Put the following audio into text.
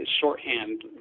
shorthand